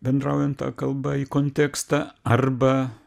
bendraujant ta kalba į kontekstą arba